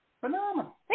Phenomenal